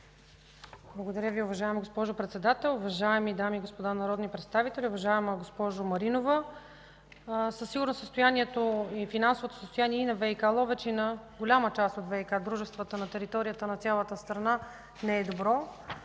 Благодаря, уважаема госпожо Председател. Уважаеми дами и господа народни представители! Уважаема госпожо Маринова, със сигурност финансовото състояние и на ВиК – Ловеч, и на голяма част от ВиК дружествата на територията на цялата страна не е добро.